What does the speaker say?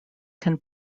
can